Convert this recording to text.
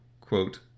quote